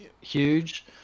huge